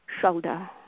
shoulder